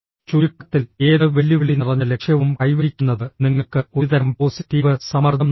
ചുരുക്കത്തിൽ ഏത് വെല്ലുവിളി നിറഞ്ഞ ലക്ഷ്യവും കൈവരിക്കുന്നത് നിങ്ങൾക്ക് ഒരുതരം പോസിറ്റീവ് സമ്മർദ്ദം നൽകും